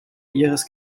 ihres